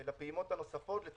הפעימה השלישית יש לי שני